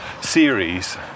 series